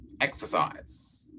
exercise